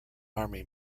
army